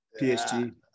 PSG